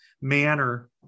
manner